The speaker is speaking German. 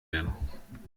werden